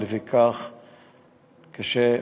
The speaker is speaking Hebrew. ולפיכך קשה,